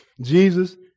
Jesus